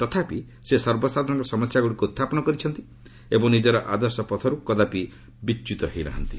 ତଥାପି ସେ ସର୍ବସାଧାରଣଙ୍କ ସମସ୍ୟାଗୁଡ଼ିକ ଉତ୍ଥାପନ କରିଛନ୍ତି ଏବଂ ନିଜର ଆଦର୍ଶପଥରୁ କଦାପି ବିଚ୍ୟୁତ ହୋଇନାହାନ୍ତି